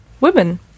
women